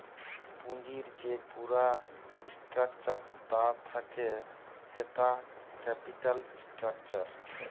পুঁজির যে পুরা স্ট্রাকচার তা থাক্যে সেটা ক্যাপিটাল স্ট্রাকচার